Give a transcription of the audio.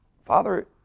Father